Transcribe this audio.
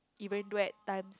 even though at time